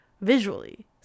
visually